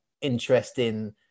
interesting